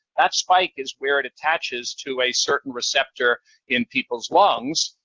that spike is where it attaches to a certain receptor in people's lungs.